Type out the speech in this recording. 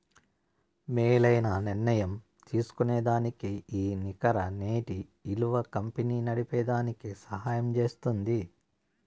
మేలైన నిర్ణయం తీస్కోనేదానికి ఈ నికర నేటి ఇలువ కంపెనీ నడిపేదానికి సహయం జేస్తుంది